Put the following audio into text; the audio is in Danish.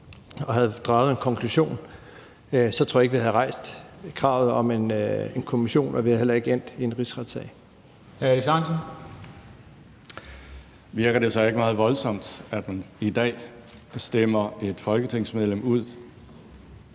og havde draget en konklusion, tror jeg ikke vi havde rejst kravet om en kommission, og vi var heller ikke endt med en rigsretssag.